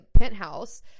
penthouse